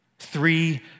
Three